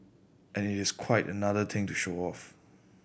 and it is quite another thing to show of